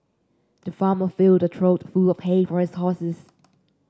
the farmer filled a trough full of hay for his horses